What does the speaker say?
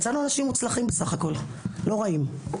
יצאנו אנשים מוצלחים בסך הכול, לא רעים...